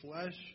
flesh